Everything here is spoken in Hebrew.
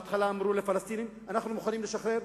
בהתחלה אמרו לפלסטינים: אנחנו מוכנים לשחרר